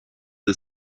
the